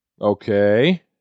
Okay